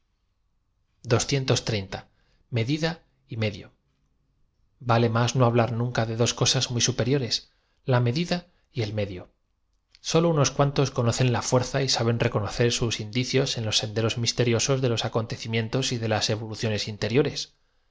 medida y medio v a le más no hablar nunca de doa cosas muy supe riores la medida y el medio solo unos cuantos cono cen la fuerza y saben reconocer sus indicios en los senderos misteriosos de los acontecimientos y de las evoluciones interiores